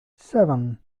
seven